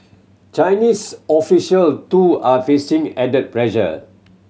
Chinese official too are facing added pressure